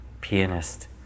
pianist